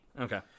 Okay